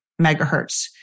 megahertz